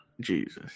Jesus